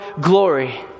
glory